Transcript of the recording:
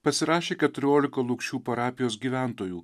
pasirašė keturiolika lukšių parapijos gyventojų